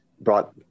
brought